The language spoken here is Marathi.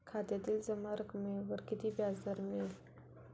खात्यातील जमा रकमेवर किती व्याजदर मिळेल?